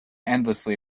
endlessly